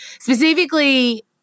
specifically